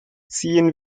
ziehen